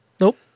Nope